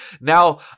Now